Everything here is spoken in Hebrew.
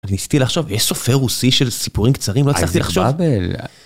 אני ניסיתי לחשוב, יש סופר רוסי של סיפורים קצרים ? לא הצלחתי לחשוב.